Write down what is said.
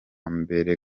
mbere